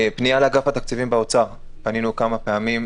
פנייה לאגף התקציבים באוצר פנינו כמה פעמים,